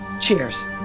cheers